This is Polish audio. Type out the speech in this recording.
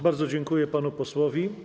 Bardzo dziękuję panu posłowi.